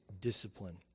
discipline